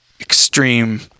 extreme